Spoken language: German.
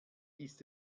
ist